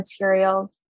materials